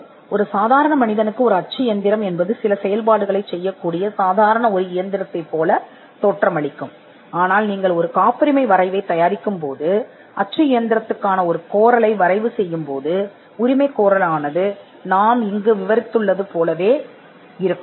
இப்போது அச்சகம் ஒரு லைபர்சனுக்கு அது ஒரு இயந்திரம் போல இருக்கும் இது சில செயல்பாடுகளைச் செய்ய வல்லது ஆனால் நீங்கள் ஒரு காப்புரிமையை ஒரு அச்சகத்திற்கான உரிமைகோரலை உருவாக்கும் போது நாங்கள் அச்சிட்டுள்ள அச்சகம் இதுதான் நாங்கள் இங்கு விவரித்தபடி உரிமைகோரலைப் படிக்கும்